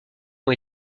ont